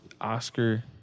Oscar